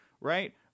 right